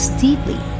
deeply